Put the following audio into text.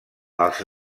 els